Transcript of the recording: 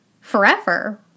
forever